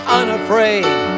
unafraid